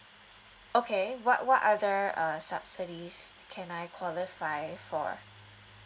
okay what what other uh subsidies can I qualify for